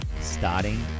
starting